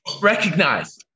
recognize